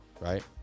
right